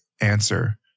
answer